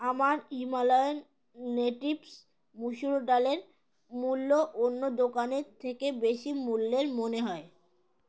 আমার Himalayan natives মুসুর ডালের মূল্য অন্য দোকানের থেকে বেশি মূল্যের মনে হয়